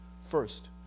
first